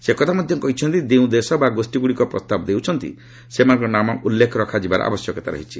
ସେ କହିଛନ୍ତି ଯେଉଁ ଦେଶ ବା ଗୋଷୀଗୁଡ଼ିକ ପ୍ରସ୍ତାବ ଦେଇଛନ୍ତି ସେମାନଙ୍କର ନାମ ଉଲ୍ଲେଖ ରାଯିବାର ଆବଶ୍ୟକତା ରହିଛି